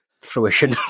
fruition